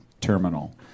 terminal